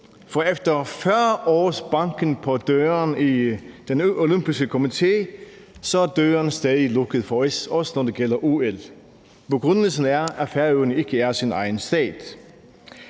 for efter 40 års banken på døren i Danmarks Olympiske Komité, er døren stadig lukket for os, når det gælder OL. Begrundelsen er, at Færøerne ikke er sin egen stat.